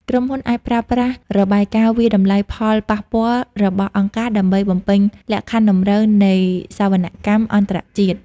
ក្រុមហ៊ុនអាចប្រើប្រាស់របាយការណ៍វាយតម្លៃផលប៉ះពាល់របស់អង្គការ ដើម្បីបំពេញលក្ខខណ្ឌតម្រូវនៃសវនកម្មអន្តរជាតិ។